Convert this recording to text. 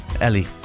Ellie